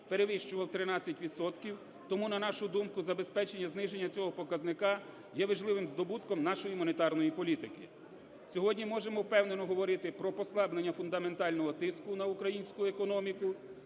перевищував 13 відсотків. Тому, на нашу думку, забезпечення зниження цього показника є важливим здобутком нашої монетарної політики. Сьогодні можемо впевнено говорити про послаблення фундаментального тиску на українську економіку,